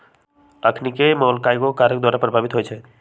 अखनिके मोल कयगो कारक द्वारा प्रभावित होइ छइ